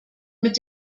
mit